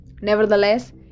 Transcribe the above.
Nevertheless